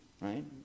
right